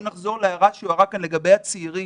אם נחזור להערה שהוערה כאן לגבי הצעירים,